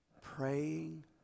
praying